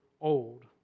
old